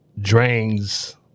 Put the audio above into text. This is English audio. drains